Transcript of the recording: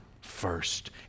first